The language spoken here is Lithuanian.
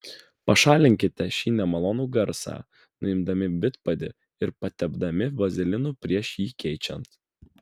pašalinkite šį nemalonų garsą nuimdami vidpadį ir patepdami vazelinu prieš jį keičiant